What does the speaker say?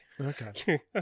Okay